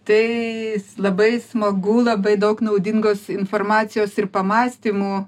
tai labai smagu labai daug naudingos informacijos ir pamąstymų